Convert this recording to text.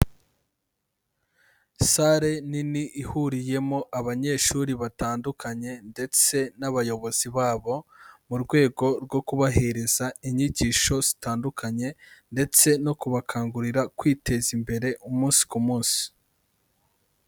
Sale nini ihuriyemo abanyeshuri batandukanye ndetse n'abayobozi babo mu rwego rwo kubaheriza inyigisho zitandukanye, ndetse no kubakangurira kwiteza imbere umunsi ku munsi.